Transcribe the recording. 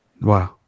Wow